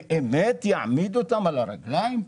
באמת יעמיד אותן על הרגליים?